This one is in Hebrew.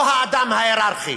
לא האדם ההייררכי,